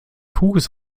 pures